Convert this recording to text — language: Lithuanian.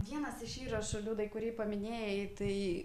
vienas iš įrašų liudai kurį paminėjai tai